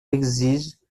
exige